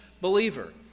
believer